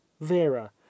vera